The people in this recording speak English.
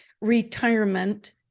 retirement